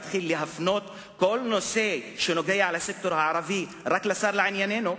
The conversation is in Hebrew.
אתחיל להפנות כל נושא שנוגע לסקטור הערבי רק לשר לעניינינו,